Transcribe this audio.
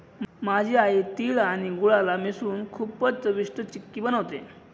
माझी आई तिळ आणि गुळाला मिसळून खूपच चविष्ट चिक्की बनवते